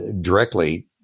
directly